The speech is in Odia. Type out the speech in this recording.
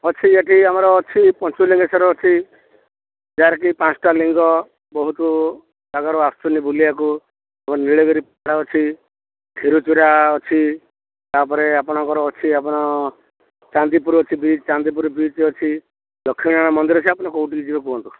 ଅଛି ଏଠି ଆମର ଅଛି ପଞ୍ଚଲିଙ୍ଗେଶ୍ୱର ଅଛି ଯାହାର କି ପାଞ୍ଚଟା ଲିଙ୍ଗ ବହୁତ ଜାଗାରୁ ଆସୁଛନ୍ତି ବୁଲିବାକୁ ଆମ ନୀଳଗିରି ପାହାଡ଼ ଅଛି କ୍ଷୀରଚୋରା ଅଛି ତା'ପରେ ଆପଣଙ୍କର ଅଛି ଆପଣ ଚାନ୍ଦିପୁର ଅଛି ବିଚ୍ ଚାନ୍ଦିପୁର ବିଚ୍ ଅଛି ଦକ୍ଷିଣା ମନ୍ଦିର ଅଛି ଆପଣ କେଉଁଟିକୁ ଯିବେ କୁହନ୍ତୁ